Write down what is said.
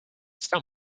they